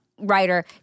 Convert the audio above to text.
writer